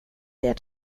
ert